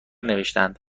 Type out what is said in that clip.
نوشتهاند